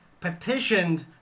petitioned